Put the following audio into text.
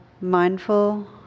mindful